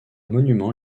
monument